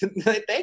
thank